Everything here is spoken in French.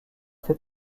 fait